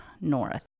north